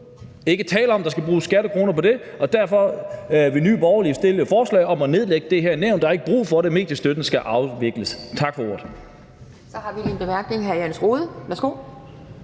Ikke tale om, at der skal bruges skattekroner på det, og derfor vil Nye Borgerlige stille et forslag om at nedlægge det her nævn. Der er ikke brug for det. Mediestøtten skal afvikles. Tak for ordet.